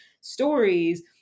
stories